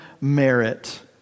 merit